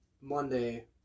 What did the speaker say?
Monday